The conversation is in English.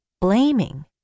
blaming